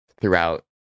throughout